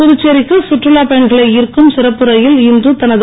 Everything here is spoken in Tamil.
புதுச்சேரிக்கு சுற்றுலா பயணிகளை ஈர்க்கும் சிறப்பு ரயில் இன்று தனது